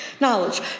knowledge